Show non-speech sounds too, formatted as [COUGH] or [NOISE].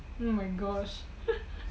oh my gosh [LAUGHS]